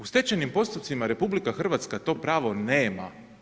U stečajnim postupcima RH to pravo nema.